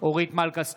אורית מלכה סטרוק,